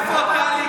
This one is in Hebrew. תן לו לדבר,